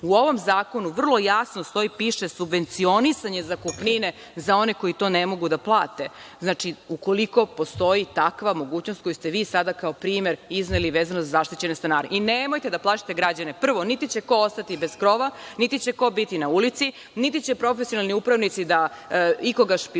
u ovom zakonu vrlo jasno stoji i piše subvencionisanje zakupnine za one koji to ne mogu da plate, znači, ukoliko postoji takva mogućnost koju ste vi sada kao primer izneli, vezano za zaštićene stanare. Nemojte da plašite građane. Prvo, niti će ko ostati bez krova, niti će ko biti na ulici, niti će profesionalni upravnici da ikoga špijuniraju,